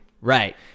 Right